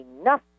enough